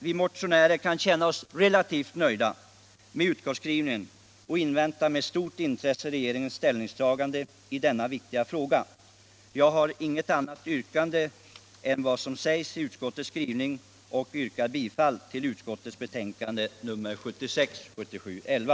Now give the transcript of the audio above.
Vi motionärer kan känna oss relativt nöjda med utskottets skrivning och inväntar med stort intresse regeringens ställningstagande i denna viktiga fråga. Jag har inget annat yrkande än om bifall till konstitutionsutskottets hemställan i betänkandet 1976/77:11.